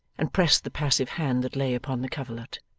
and pressed the passive hand that lay upon the coverlet.